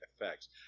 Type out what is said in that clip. effects